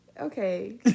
Okay